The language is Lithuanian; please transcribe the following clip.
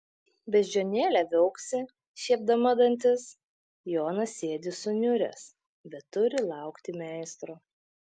beždžionėlė viauksi šiepdama dantis jonas sėdi suniuręs bet turi laukti meistro